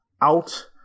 out